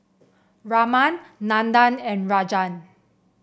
Raman Nandan and Rajan